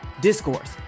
discourse